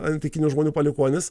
antikinių žmonių palikuonis